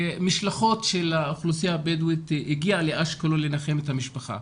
ומשלחות של האוכלוסייה הבדואית הגיעו לאשקלון לנחם את המשפחה.